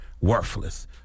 Worthless